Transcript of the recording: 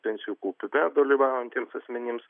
pensijų kaupime dalyvaujantiems asmenims